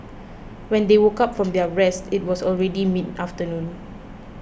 when they woke up from their rest it was already mid afternoon